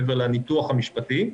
מעבר לניתוח המשפטי.